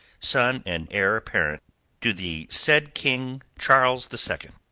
son and heir apparent to the said king charles the second.